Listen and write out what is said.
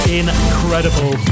incredible